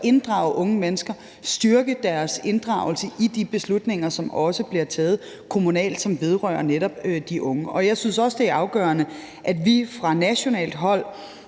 inddrage unge mennesker og styrke deres inddragelse i de beslutninger, som bliver taget kommunalt, og som vedrører netop de unge. Jeg synes også, det er afgørende, at vi fra nationalt hold